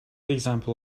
example